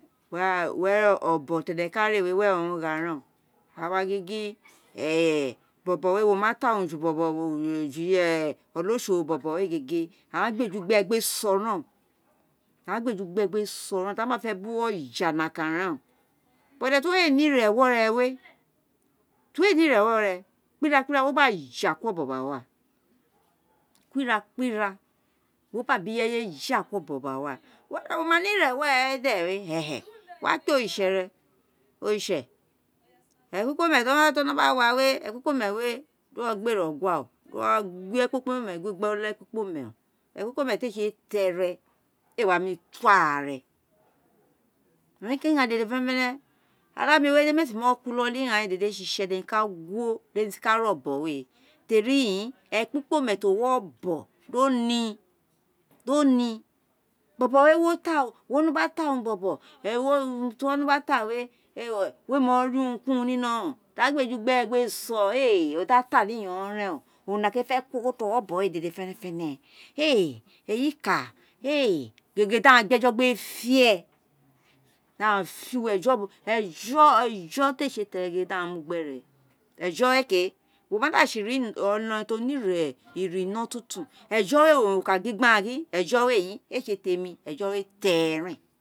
were obon ghab ki ẹnẹ ka ré wé were b gha reno awa gingin bobo wé wo ina ta urun ju bobo ọlọsọwọ bobo wé gege, a wa gbe eju gbere gbeso reno, awa gbé eju gbere gbó sọ ti a gba fe bu uwo ja no kan reu o, but, de ira ti uwo éè ne irẹ ẹwọ rẹ wé, ti wéè ne ire wo re kpi ra kpira wo gba ja kuri obom gbawa kpira kpira wo gba bi ireyé ja kuru obon gba wa wo ma ne ire ewo re wede wo wa kpe oritse re oritse eli ti o no gba wa wé, ekpikpome wé di uwo gbé ré ogua, wo wo gbe ekpokpoma gbe olekpikpome ekpikpome to éè sé tere éè wa mini wo ara rẹ teri gin ighaan dede fene oláàmi wé di mé si kuri inolo ighaan owun ré sé itṣẹ ti emi ka guo di emi si ka ré obon wé teri in ekpikpome ti o wino obon ni, di o ni, bobo wé wino ta urun bobo ogho urim ti o wino ta urun bobo ogho urim ti o wino gba ta wé éè wé, wéè mo ri urum ki urum ni ino wun di a gbé eju gbere gbé sọ o da ta ni iyonghon ren o, owun no kan owun éè ge kó ogho wé dédé ni obon wé dede fenefene, é éyi ika gégé di aghan gbé eju gbé fi e di aghan fi e efo ti éè sé tere ni eyé di aghan mu gbere ejo wé ké, wo ma da si oma ti o ne irẹ inọ tuntun ejọ wé éè sè ti emi, ejọ wé tẹrẹ